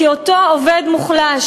כי אותו עובד מוחלש,